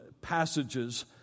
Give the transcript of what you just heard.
passages